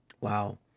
wow